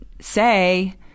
say